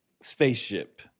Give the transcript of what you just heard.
Spaceship